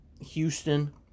Houston